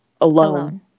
alone